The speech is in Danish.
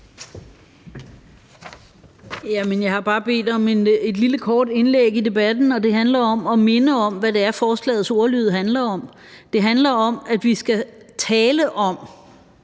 Jeg har bare bedt om et lille kort indlæg i debatten. Det handler om at minde om, hvad forslagets ordlyd handler om. Det handler om, at vi skal tale om,